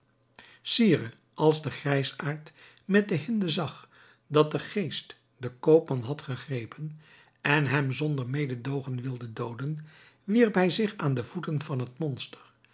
sire als de grijsaard met de hinde zag dat de geest den koopman had gegrepen en hem zonder mededoogen wilde dooden wierp hij zich aan de voeten van het monster